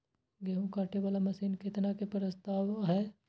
गेहूँ काटे वाला मशीन केतना के प्रस्ताव हय?